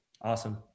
Awesome